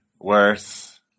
worse